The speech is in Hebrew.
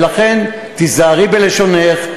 ולכן, תיזהרי בלשונך.